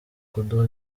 kuduha